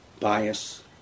bias